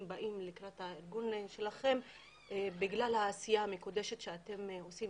שבאים בגלל העשייה המקודשת שאתם עושים.